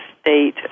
state